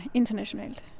internationalt